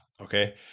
okay